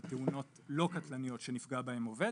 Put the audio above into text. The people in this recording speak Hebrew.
על תאונות לא קטלניות שנפגע בהם עובד